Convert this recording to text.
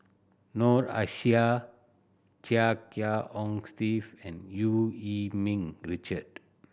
Noor Aishah Chia Kiah Hong Steve and Eu Yee Ming Richard